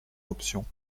option